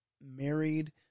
married